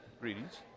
Greetings